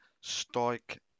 stoic